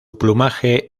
plumaje